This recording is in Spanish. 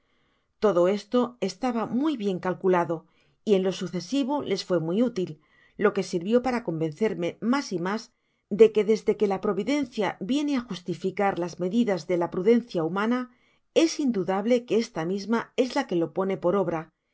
todo esto estaba muy bien calculado y en lo sucesivo les fué muy útil lo que sirvió'para convencerme mas y mas de que desde que la providencia viene á justificar las medidas de la prudencia humana es indudable que esta misma es la que lo pone por obra